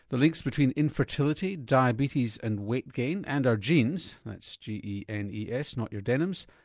the links between infertility, diabetes and weight gain and our genes, that's g e n e s not your denims,